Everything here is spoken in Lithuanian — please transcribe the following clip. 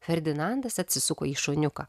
ferdinandas atsisuko į šuniuką